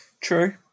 True